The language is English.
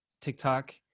TikTok